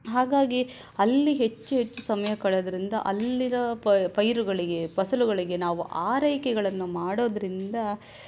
ಹಾಗಾಗಿ ಅಲ್ಲಿ ಹೆಚ್ಚು ಹೆಚ್ಚು ಸಮಯ ಕಳೆಯೋದ್ರಿಂದ ಅಲ್ಲಿರೋ ಪೈ ಪೈರುಗಳಿಗೆ ಫಸಲುಗಳಿಗೆ ನಾವು ಆರೈಕೆಗಳನ್ನು ಮಾಡೋದ್ರಿಂದ